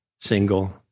single